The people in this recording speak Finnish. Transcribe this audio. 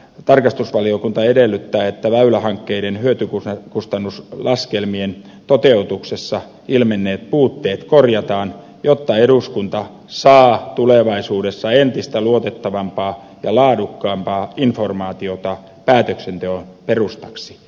tarkastusvaliokunta edellyttää että väylähankkeiden hyötykustannus laskelmien toteutuksessa ilmenneet puutteet korjataan jotta eduskunta saa tulevaisuudessa entistä luotettavampaa ja laadukkaampaa informaatiota päätöksenteon perustaksi